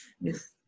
Yes